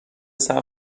صبر